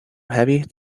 heavy